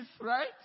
right